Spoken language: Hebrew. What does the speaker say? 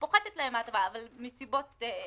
שפוחתת להם ההטבה, אבל מסיבות אחרות.